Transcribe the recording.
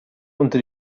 unter